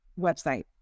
website